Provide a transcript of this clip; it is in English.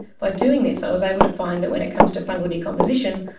by doing this i was able to find that when it comes to fungal decomposition,